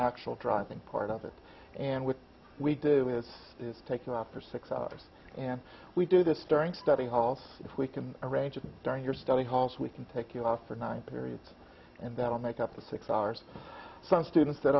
actual driving part of it and what we do is it's taking off for six hours and we do this during study halls if we can arrange it during your study halls we can take you off for nine periods and that will make up to six hours some students that